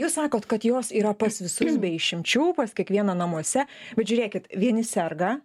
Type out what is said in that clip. jūs sakot kad jos yra pas visus be išimčių pas kiekvieną namuose bet žiūrėkit vieni serga